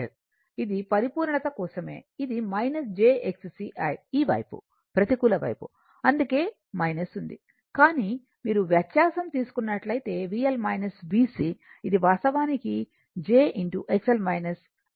ఇది పరిపూర్ణత కోసమే ఇది j Xc I ఈ వైపు ప్రతికూల వైపు అందుకే ఉంది కానీ మీరు వ్యత్యాసం తీసుకున్నట్లైతే VL VC ఇది వాస్తవానికి j I గాఉంటుంది